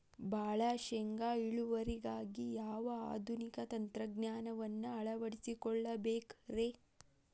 ಭಾಳ ಶೇಂಗಾ ಇಳುವರಿಗಾಗಿ ಯಾವ ಆಧುನಿಕ ತಂತ್ರಜ್ಞಾನವನ್ನ ಅಳವಡಿಸಿಕೊಳ್ಳಬೇಕರೇ?